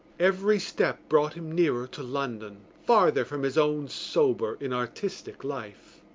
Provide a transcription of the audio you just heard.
every step brought him nearer to london, farther from his own sober inartistic life.